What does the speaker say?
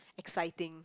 frightening